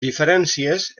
diferències